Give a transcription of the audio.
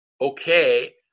okay